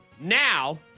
Now